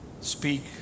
Speak